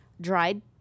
Dried